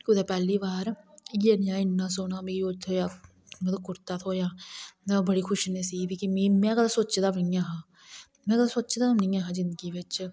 कुतै पैहली बार इयै नेहा इन्ना सोह्ना मिगी थ्होआ मतलब कुर्ता थ्होआ में बडी खुशनसीब ही में कदें सोचे दा बी नेईं हा में कदें सोचे दा बी नी हां जिंगदी बिच